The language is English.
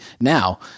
now